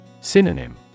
Synonym